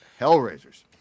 Hellraisers